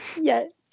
Yes